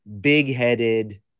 big-headed